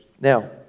Now